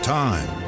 time